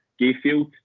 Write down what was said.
Gayfield